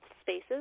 spaces